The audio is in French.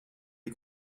des